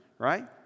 right